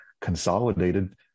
consolidated